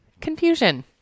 confusion